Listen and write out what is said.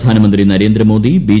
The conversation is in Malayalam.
പ്രധാനമന്ത്രി നരേന്ദ്രമോദി ബി